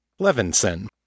Levinson